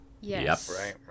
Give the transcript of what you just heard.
Yes